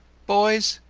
boys,